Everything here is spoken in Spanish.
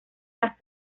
las